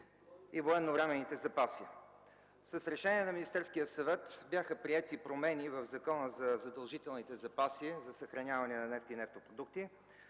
и военновременните запаси. С решение на Министерския съвет бяха приети промени в Закона за задължителните запаси за съхраняване на нефт и нефтопродукти,